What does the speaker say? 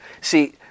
See